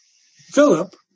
Philip